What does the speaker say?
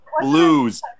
Blues